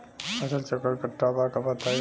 फसल चक्रण कट्ठा बा बताई?